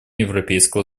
европейского